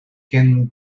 can